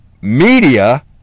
media